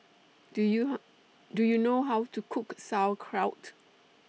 Do YOU How Do YOU know How to Cook Sauerkraut